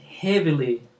heavily